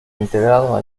integrado